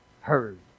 heard